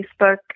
Facebook